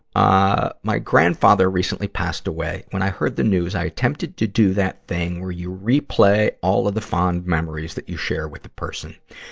ah my grandfather recently passed away. when i heard the news, i attempted to do that thing where you replay all of the fond memories that you share with the person.